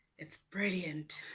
it's brilliant.